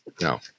No